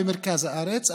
במרכז הארץ,